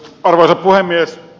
arvoisa puhemies